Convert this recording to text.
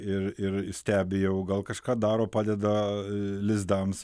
ir ir stebi jau o gal kažką daro padeda lizdams